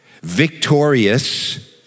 victorious